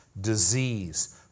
disease